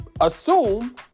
assume